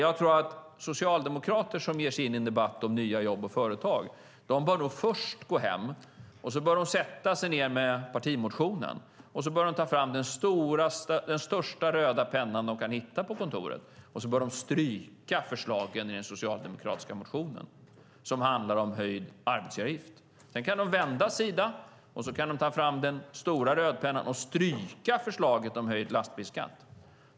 Jag tycker att socialdemokrater som ger sig in i en debatt om nya jobb och företag först bör gå hem, sätta sig ned med den socialdemokratiska partimotionen och ta fram den största röda pennan de kan hitta på kontoret och sedan stryka förslagen som handlar om höjd arbetsgivaravgift. Sedan kan de vända sida och ta fram den stora rödpennan och stryka förslaget om höjd lastbilsskatt.